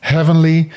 Heavenly